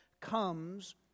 comes